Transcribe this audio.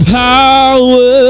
power